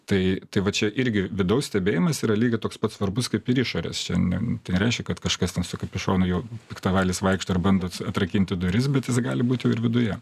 tai tai va čia irgi vidaus stebėjimas yra lygiai toks pat svarbus kaip ir išorės šiandien tai nereiškia kad kažkas ten su kapišonu jau piktavalis vaikšto ir bando ats atrakinti duris bet jis gali būti jau ir viduje